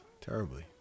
terribly